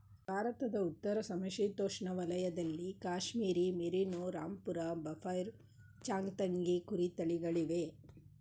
ಭಾರತದ ಉತ್ತರ ಸಮಶೀತೋಷ್ಣ ವಲಯದಲ್ಲಿ ಕಾಶ್ಮೀರಿ ಮೇರಿನೋ, ರಾಂಪುರ ಬಫೈರ್, ಚಾಂಗ್ತಂಗಿ ಕುರಿ ತಳಿಗಳಿವೆ